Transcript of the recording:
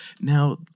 Now